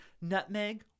nutmeg